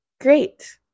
great